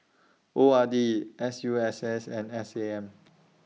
O R D S U S S and S A M